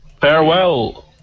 Farewell